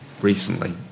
recently